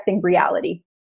reality